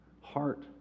heart